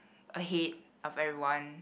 ahead of everyone